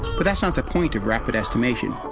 but that's not the point of rapid estimation.